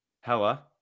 Hella